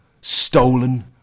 Stolen